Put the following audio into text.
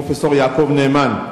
פרופסור יעקב נאמן.